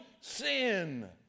sin